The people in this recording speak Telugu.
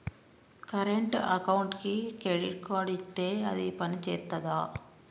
కరెంట్ అకౌంట్కి క్రెడిట్ కార్డ్ ఇత్తే అది పని చేత్తదా?